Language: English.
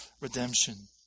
redemption